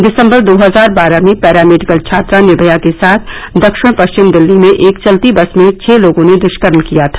दिसंबर दो हजार बारह में पैरा मेडिकल छात्रा निर्मया के साथ दक्षिण पश्चिम दिल्ली में एक चलती बस में छह लोगों ने दृष्कर्म किया था